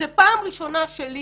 זו פעם ראשונה שלי